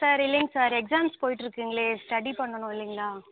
sir இல்லைங்க sir exams போயிட்டுருக்குங்களே study பண்ணனும் இல்லைங்களா